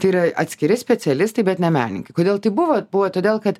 tai yra atskiri specialistai bet ne menininkai kodėl taip buvo buvo todėl kad